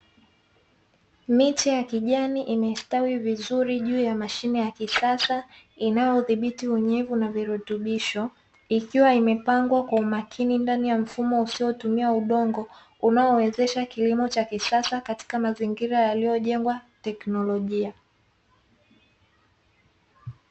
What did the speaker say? Miche ya kijani imestawi vizuri juu ya mashine ya kisasa, inayodhibiti unyevu na virutubisho. Ikiwa imepangwa kwa umakini ndani ya mfumo usiotumia udongo, unaowezesha kilimo cha kisasa katika mazingira yaliyojengwa teknolojia.